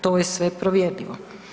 To je sve provjerljivo.